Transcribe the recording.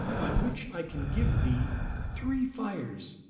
by which i can give thee three fires,